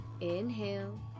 inhale